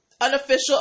unofficial